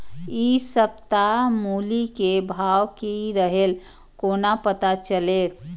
इ सप्ताह मूली के भाव की रहले कोना पता चलते?